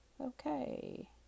Okay